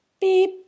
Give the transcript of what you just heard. beep